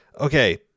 Okay